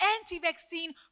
Anti-vaccine